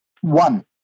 one